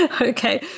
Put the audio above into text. Okay